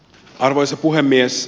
arvoisa puhemies